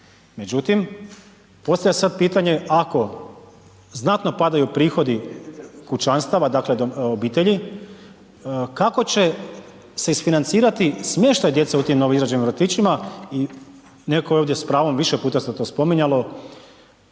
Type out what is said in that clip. međutim, postavlja se sad pitanje ako znatno padaju prihodi kućanstava, dakle obitelji, kako će se isfinancirati smještaj djece u tim novoizgrađenim vrtićima i neko je ovdje s pravom, više puta se to spominjalo,